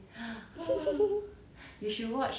that one by who 有谁在里面